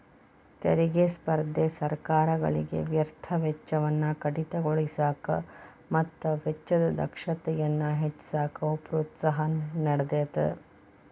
ತೆರಿಗೆ ಸ್ಪರ್ಧೆ ಸರ್ಕಾರಗಳಿಗೆ ವ್ಯರ್ಥ ವೆಚ್ಚವನ್ನ ಕಡಿತಗೊಳಿಸಕ ಮತ್ತ ವೆಚ್ಚದ ದಕ್ಷತೆಯನ್ನ ಹೆಚ್ಚಿಸಕ ಪ್ರೋತ್ಸಾಹ ನೇಡತದ